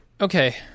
Okay